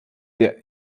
der